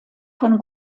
von